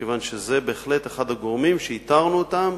מכיוון שזה בהחלט אחד הגורמים שאיתרנו אותם